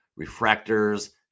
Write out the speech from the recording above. refractors